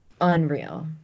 unreal